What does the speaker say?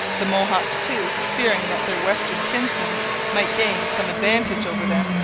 the mohawks, too, fearing that their western kinsmen might gain some advantage over them,